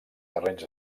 terrenys